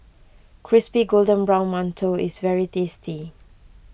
Crispy Golden Brown Mantou is very tasty